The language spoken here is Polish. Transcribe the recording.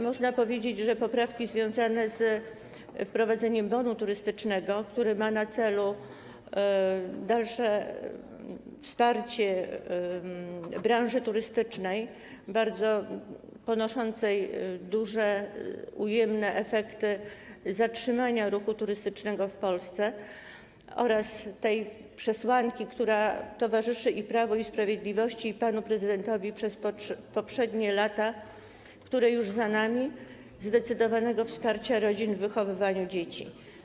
Można powiedzieć, że poprawki są związane z wprowadzeniem bonu turystycznego, który ma na celu dalsze wsparcie branży turystycznej ponoszącej bardzo duże ujemne efekty zatrzymania ruchu turystycznego w Polsce, oraz z tą przesłanką, która towarzyszyła i Prawu i Sprawiedliwości, i panu prezydentowi przez poprzednie lata, które są już za nami, zdecydowanego wsparcia rodzin w wychowywaniu dzieci.